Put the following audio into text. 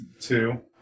two